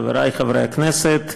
חברי חברי הכנסת,